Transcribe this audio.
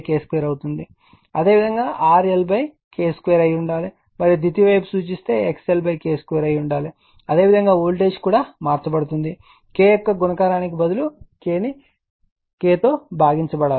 అదేవిధంగా RL K 2 అయి ఉండాలి మరియు ద్వితీయ వైపును సూచిస్తే XL K2 అయి ఉండాలి అదేవిధంగా వోల్టేజ్ కూడా మార్చబడి ఉంటుంది K యొక్క గుణకారానికి బదులుగా K చే భాగించచబడాలి